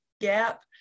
gap